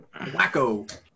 wacko